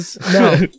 No